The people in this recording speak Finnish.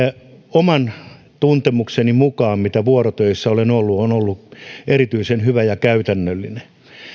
oman tuntemukseni mukaan mitä vuorotöissä olen ollut työaikapankki on ollut erityisen hyvä ja käytännöllinen